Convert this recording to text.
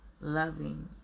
loving